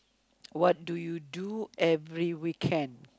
what do you do every weekend